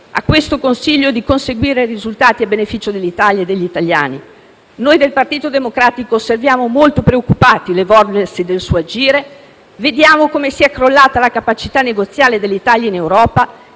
questo Consiglio, di conseguire risultati a beneficio dell'Italia e degli italiani. Noi del Partito Democratico siamo molto preoccupati dell'evolversi del suo agire. Vediamo come sia crollata la capacità negoziale dell'Italia in Europa,